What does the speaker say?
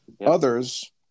Others